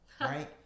Right